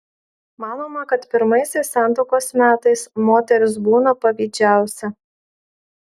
manoma kad pirmaisiais santuokos metais moteris būna pavydžiausia